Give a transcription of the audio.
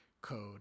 code